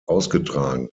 ausgetragen